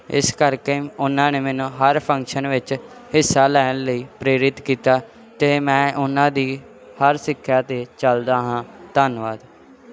ਇਸ ਕਰਕੇ ਉਹਨਾਂ ਨੇ ਮੈਨੂੰ ਹਰ ਫੰਕਸ਼ਨ ਵਿੱਚ ਹਿੱਸਾ ਲੈਣ ਲਈ ਪ੍ਰੇਰਿਤ ਕੀਤਾ ਅਤੇ ਮੈਂ ਉਹਨਾਂ ਦੀ ਹਰ ਸਿੱਖਿਆ 'ਤੇ ਚੱਲਦਾ ਹਾਂ ਧੰਨਵਾਦ